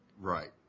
Right